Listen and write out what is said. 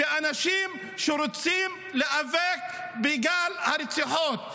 באנשים שרוצים להיאבק בגל הרציחות.